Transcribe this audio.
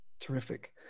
Terrific